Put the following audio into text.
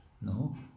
No